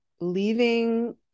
leaving